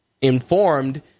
informed